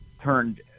turned